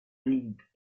league